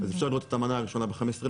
אז אפשר לראות את המנה הראשונה ב-15 באוגוסט,